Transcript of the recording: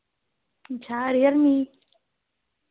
अच्छा real me